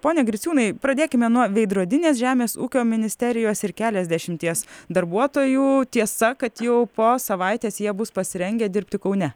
pone griciūnai pradėkime nuo veidrodinės žemės ūkio ministerijos ir keliasdešimties darbuotojų tiesa kad jau po savaitės jie bus pasirengę dirbti kaune